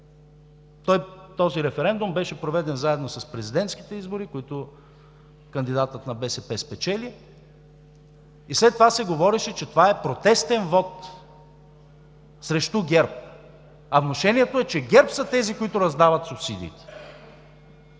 Този референдум беше проведен заедно с президентските избори, в които кандидатът на БСП спечели и след това се говореше, че това е протестен вот срещу ГЕРБ. А внушението е, че ГЕРБ са тези, които раздават субсидиите,